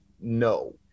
no